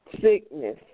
sickness